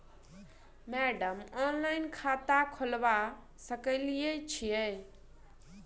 Madam online खाता खोलबा सकलिये छीयै?